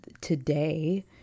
today